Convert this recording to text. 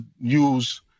use